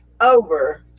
over